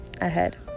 ahead